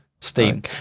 Steam